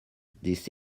this